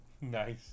Nice